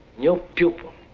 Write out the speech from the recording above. no pupil,